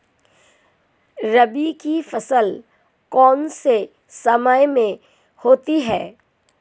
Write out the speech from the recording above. रबी की फसल कौन से मौसम में होती है?